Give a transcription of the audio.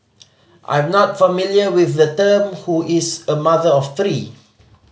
I'm not familiar with the term who is a mother of three